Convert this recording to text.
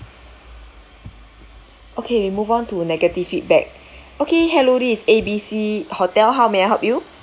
okay move on to negative feedback okay hello is A_B_C hotel how may I help you